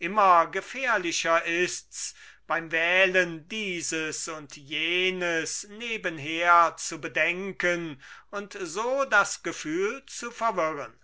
immer gefährlicher ist's beim wählen dieses und jenes nebenher zu bedenken und so das gefühl zu verwirren